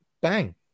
bang